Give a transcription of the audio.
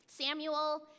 Samuel